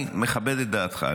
אני מכבד את דעתך.